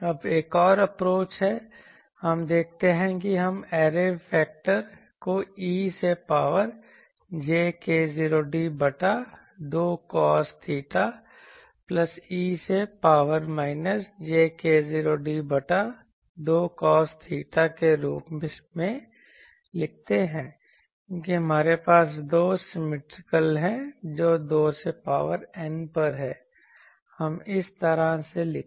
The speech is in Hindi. अब एक और अप्रोच है हम देखते हैं कि हम ऐरे फेक्टर को e से पॉवर j k0d बटा 2 कोस थीटा प्लस e से पॉवर माइनस j k0d बटा 2 कोस थीटा के रूप में लिखते हैं क्योंकि हमारे पास दो सिमिट्रिकल हैं जो 2 से पॉवर N पर हैं हम इस तरह से लिखें